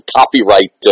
copyright